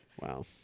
Wow